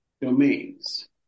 domains